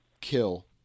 kill